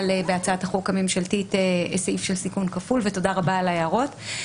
בהצעת החוק הממשלתית סעיף של סיכון כפול ותודה רבה על ההערות.